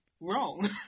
wrong